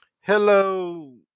Hello